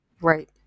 right